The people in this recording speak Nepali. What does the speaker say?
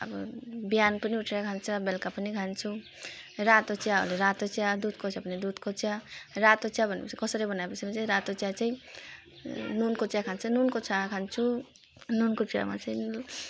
अब बिहान पनि उठेर खान्छ बेलुका पनि खान्छौँ रातो चियाहरूले रातो चिया दुधको चिया भने दुधको चिया रातो चिया भनेपछि कसरी बनाए भनेपछि चाहिँ रातो चिया चाहिँ नुनको चिया खान्छ नुनको चिया खान्छु नुनको चियामा चाहिँ